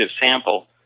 sample